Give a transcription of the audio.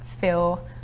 feel